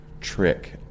trick